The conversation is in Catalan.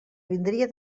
vindria